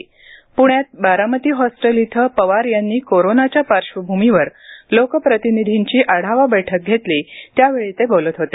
प्ण्यात बारामती हॉस्टेल इथं आज पवार यांनी कोरोनाच्या पार्श्वभ्रमीवर लोकप्रतिनिधींची आढावा बैठक घेतली त्यावेळी ते बोलत होते